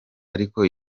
ariko